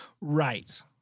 Right